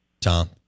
Tom